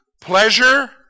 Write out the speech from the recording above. Pleasure